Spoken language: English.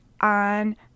on